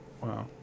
Wow